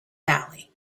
valley